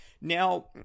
Now